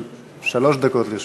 שלוש דקות לרשותך.